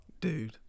Dude